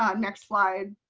um next slide.